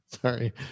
Sorry